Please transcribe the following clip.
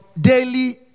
daily